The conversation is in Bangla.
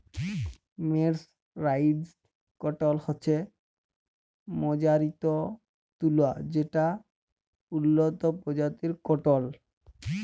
মের্সরাইসড কটল হছে মাজ্জারিত তুলা যেট উল্লত পরজাতির কটল